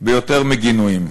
ביותר מגינויים.